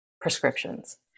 prescriptions